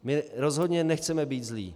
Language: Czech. My rozhodně nechceme být zlí.